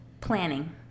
planning